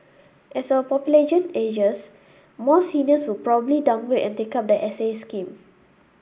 as our population ages more seniors would probably downgrade and take up the S A scheme